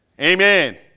Amen